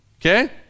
Okay